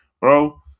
bro